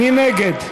מי נגד?